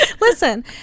listen